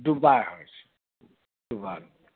দুবাৰ হৈছে দুবাৰ